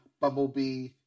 bumblebee